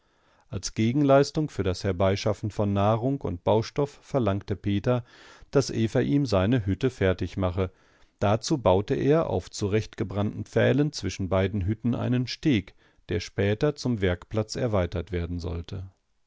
als gegenleistung für das herbeischaffen von nahrung und baustoff verlangte peter daß eva ihm seine hütte fertigmache dazu baute er auf zurechtgebrannten pfählen zwischen beiden hütten einen steg der später zum werkplatz erweitert werden sollte